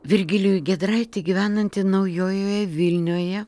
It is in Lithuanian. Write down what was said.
virgilijų giedraitį gyvenantį naujojoje vilnioje